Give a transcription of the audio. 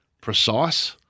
precise